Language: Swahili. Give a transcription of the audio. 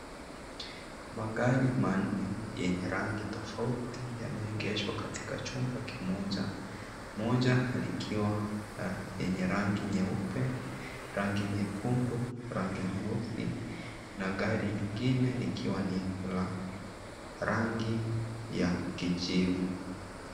Magari manne yenye rangi tofauti yameegeshwa katika chumba kimoja, moja likiwa lenye rangi nyeupe, rangi nyekundu, rangi nyeusi, na gari lingine likiwa la rangi ya kijivu.